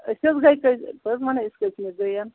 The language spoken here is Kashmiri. أسۍ حظ گٕے کٔژۍ بہٕ حظ وَنَے أسی کٔژۍمہِ گٔییَن